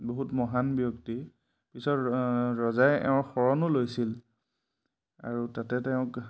বহুত মহান ব্যক্তি পিছত ৰজাই এওঁৰ শৰণো লৈছিল আৰু তাতে তেওঁক